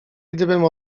gdybym